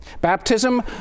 Baptism